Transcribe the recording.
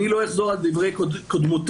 אני לא אחזור על דברי קודמותיי,